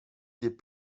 des